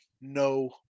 No